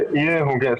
הוגן,